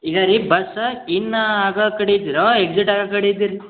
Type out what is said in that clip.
ಈಗ ರೀ bus in ಆಗ ಕಡಿ ಇದ್ದಿರೋ ಎಕ್ಸಿಟ್ ಆಗೋ ಕಡಿ ಇದ್ದೀರಿ